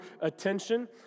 attention